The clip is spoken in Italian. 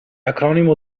acronimo